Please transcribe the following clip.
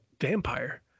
vampire